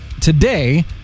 today